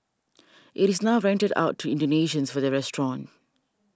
it is now rented out to Indonesians for their restaurant